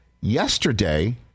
yesterday